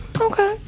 okay